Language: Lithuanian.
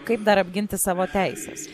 kaip dar apginti savo teises